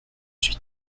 suis